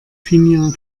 finja